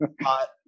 hot